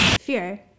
Fear